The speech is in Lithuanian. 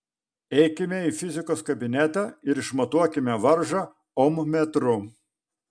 eikime į fizikos kabinetą ir išmatuokime varžą ommetru